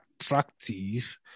attractive